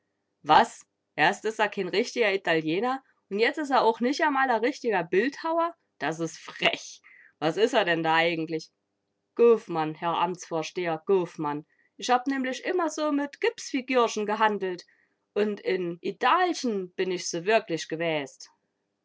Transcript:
was erst is a keen richt'ger italiener und jetzt is a ooch nich amal a richt'ger bildhauer das ist frech was is er denn da eigentlich goofmann herr amtsvorsteher goofmann ich hab nämlich immer so mit kipsfikürchen gehandelt und in idalchen bin ich se wirklich gewäst